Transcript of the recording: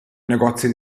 negozi